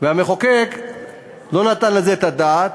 המחוקק לא נתן על זה את הדעת,